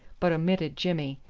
but omitted jimmy.